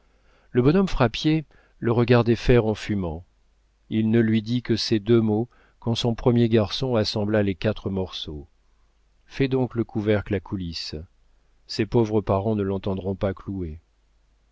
le bonhomme frappier le regardait faire en fumant il ne lui dit que ces deux mots quand son premier garçon assembla les quatre morceaux fais donc le couvercle à coulisse ces pauvres parents ne l'entendront pas clouer